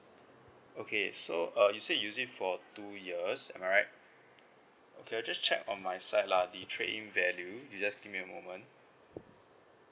okay so uh you said you use it for two years am I right okay I just check on my side lah the trade in value you just give me a moment